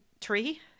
tree